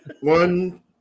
One